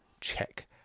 check